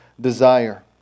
desire